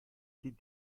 des